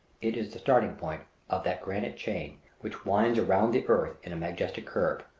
it is the starting-point of that granite chain which winds around the earth in a majestic curve,